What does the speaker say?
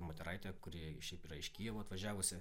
moteraitė kurie šiaip yra iš kijevo atvažiavusi